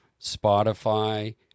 Spotify